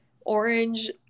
orange